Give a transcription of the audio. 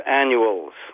annuals